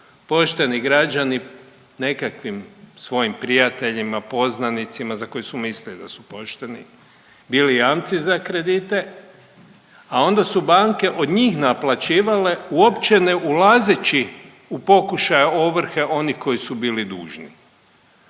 pošteni građani nekakvim svojim prijateljima, poznanicima za koje su mislili da su pošteni bili jamci z a kredite, a onda su banke od njih naplaćivale uopće ne ulazeći u pokušaj ovrhe onih koji su bili dužni.